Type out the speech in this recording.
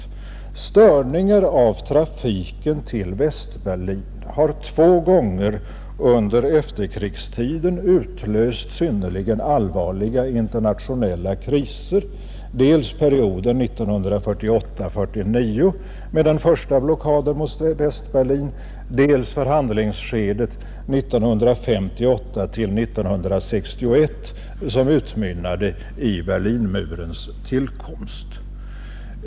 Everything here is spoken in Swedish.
Störningar av trafiken till Västberlin har två gånger under Torsdagen den efterkrigstiden utlöst synnerligen allvarliga internationella kriser: dels 6 maj 1971 perioden 1948-1949 med den första blockaden mot Västberlin, dels förhandlingsskedet 1958—1961 som utmynnade i Berlinmurens till Upprättande av komst.